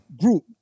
group